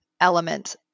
element